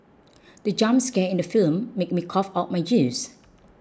the jump scare in the film made me cough out my juice